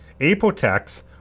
Apotex